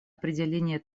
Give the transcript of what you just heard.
определение